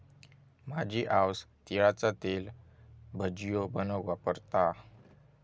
माझी आऊस तिळाचा तेल भजियो बनवूक वापरता